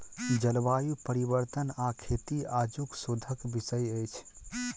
जलवायु परिवर्तन आ खेती आजुक शोधक विषय अछि